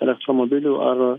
elektromobilių ar